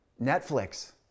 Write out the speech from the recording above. Netflix